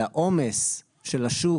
העומס של השוק,